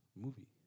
movie